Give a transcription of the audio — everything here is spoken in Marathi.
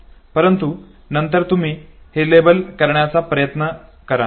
परंतु नंतर तुम्ही हे लेबल करण्याचा प्रयत्न करा